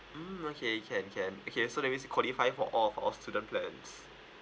mm okay can can okay so that means you're qualify for all of our student's plans